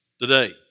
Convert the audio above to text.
today